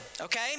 okay